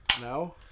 No